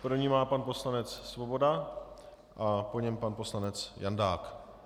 První má pan poslanec Svoboda a po něm pan poslanec Jandák.